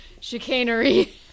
chicanery